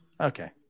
Okay